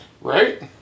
Right